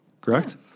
correct